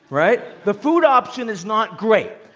right? the food option is not great.